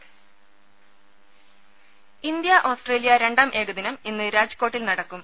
രംഭ India Australia രണ്ടാം ഏകദിനം ഇന്ന് രാജ്കോട്ടിൽ നടക്കും